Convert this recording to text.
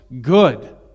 good